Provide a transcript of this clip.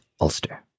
Ulster